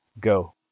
Go